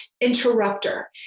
interrupter